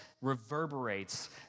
reverberates